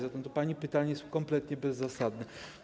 Zatem to pani pytanie jest kompletnie bezzasadne.